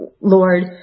Lord